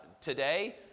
today